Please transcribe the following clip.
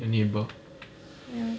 the neighbour